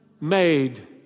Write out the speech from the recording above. made